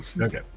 Okay